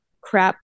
crap